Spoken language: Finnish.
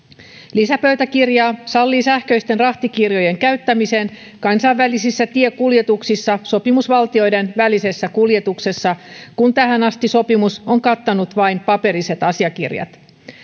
lisäpöytäkirja sallii sähköisten rahtikirjojen käyttämisen kansainvälisissä tiekuljetuksissa sopimusvaltioiden välisessä kuljetuksessa kun tähän asti sopimus on kattanut vain paperiset asiakirjat